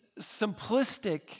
simplistic